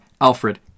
Alfred